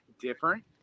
different